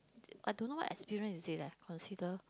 I don't know what experience is it leh consider